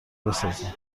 بسازیم